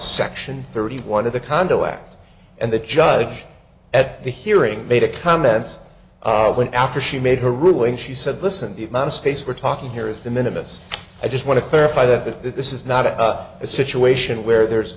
section thirty one of the condo act and the judge at the hearing made a comment when after she made her ruling she said listen the amount of space we're talking here is the minimum as i just want to clarify that this is not a situation where there's